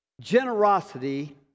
generosity